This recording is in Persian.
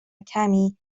کمی